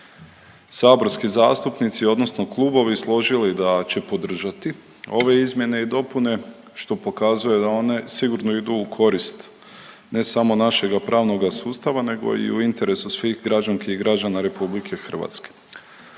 saborski zastupnici, odnosno klubovi složili da će podržati ove izmjene i dopune što pokazuje da one sigurno idu u korist ne samo našega pravnoga sustava nego i u interesu svih građanki i građana Republike Hrvatske.